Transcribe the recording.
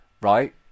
right